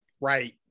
Right